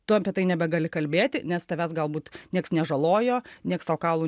tu apie tai nebegali kalbėti nes tavęs galbūt nieks nežalojo nieks tau kaulų